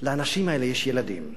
לאנשים האלה יש ילדים.